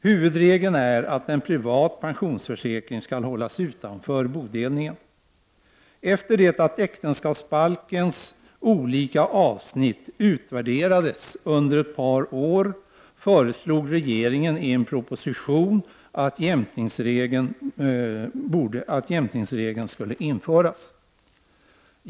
Huvudregeln är att en privat försäkring skall hållas utanför bodelningen. Efter det att äktenskapsbalkens olika avsnitt utvärderades under ett par år föreslog regeringen i en proposition att jämkningsregeln skulle införas.